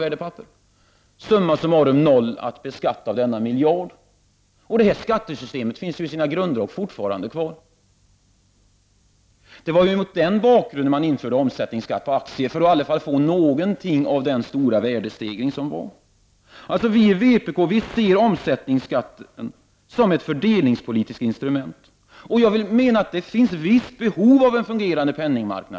Kvar att beskatta av denna miljard blev alltså summa summarum 0 kr. Detta skattesystem finns i sina grunder fortfarande kvar. Det var mot den bakgrunden som omsättningsskatt på aktieinnehav infördes. Man ville i varje fall få något av den stora värdestegringen. Vi i vpk ser omsättningsskatten som ett fördelningspolitiskt instrument. Förvisso finns det behov av en fungerande penningmarknad.